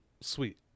sweet